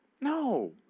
No